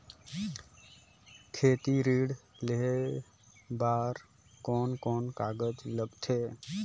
खेती ऋण लेहे बार कोन कोन कागज लगथे?